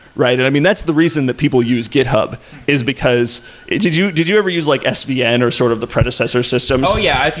right? and i mean, that's the reason that people use github is because did you did you ever use like svn or sort of the predecessor systems? oh, yeah.